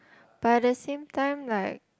but the same time like